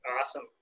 Awesome